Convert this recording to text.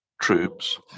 troops